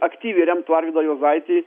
aktyviai remtų arvydą juozaitį